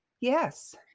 yes